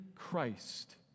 Christ